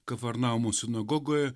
kafarnaumo sinagogoje